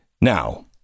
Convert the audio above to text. Now